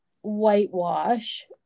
whitewash